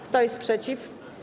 Kto jest przeciw?